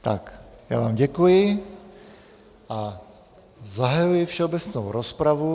Tak, já vám děkuji a zahajuji všeobecnou rozpravu.